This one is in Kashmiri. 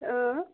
اۭں